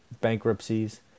bankruptcies